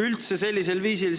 üldse sellisel viisil